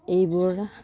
এইবোৰ